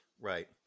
Right